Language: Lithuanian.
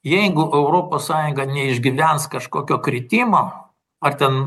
jeigu europos sąjunga neišgyvens kažkokio kritimo ar ten